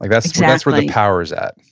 like that's yeah that's where the power is at